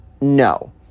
no